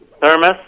Thermos